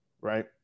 right